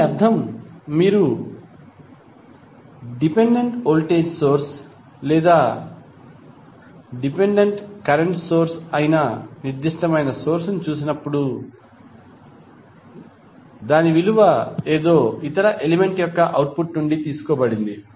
దీని అర్థం మీరు డిపెండెంట్ వోల్టేజ్ సోర్స్ లేదా డిపెండెంట్ కరెంట్ సోర్స్ అయిన నిర్దిష్టమైన సోర్స్ ను చూసినప్పుడు దాని విలువ ఏదో ఇతర ఎలిమెంట్ యొక్క అవుట్పుట్ నుండి తీసుకోబడింది